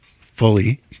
fully